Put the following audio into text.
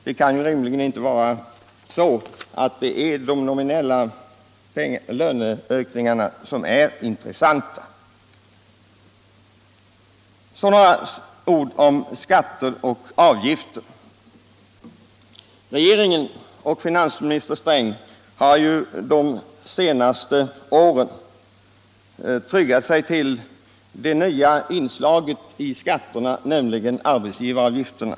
Det kan rimligen inte vara så att det är de nominella löneökningarna som är intressanta. Så några ord om skatter och avgifter. Regeringen har de senaste åren tryggat sig till det nya inslaget i skatterna — arbetsgivaravgifterna.